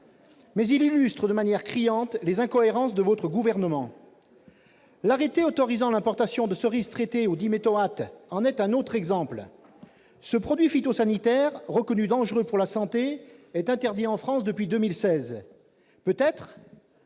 mais il illustre de manière criante les incohérences de votre gouvernement. L'arrêté autorisant l'importation de cerises traitées au diméthoate en est un autre exemple. Ce produit phytosanitaire, reconnu dangereux pour la santé, est interdit en France depuis 2016. Peut-être